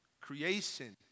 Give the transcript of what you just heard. Creation